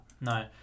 No